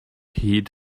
heed